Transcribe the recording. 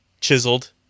chiseled